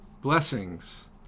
blessings